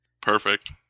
Perfect